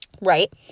right